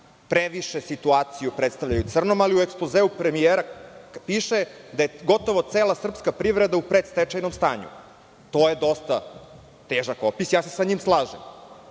previše situaciju predstavljaju crnom, ali u ekspozeu premijera piše da je gotovo cela srpska privreda u predstečajnom stanju. To je dosta težak opis, ja se sa njim slažem